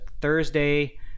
thursday